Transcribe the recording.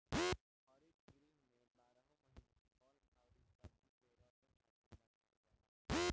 हरित गृह में बारहो महिना फल अउरी सब्जी के रखे खातिर बनावल जाला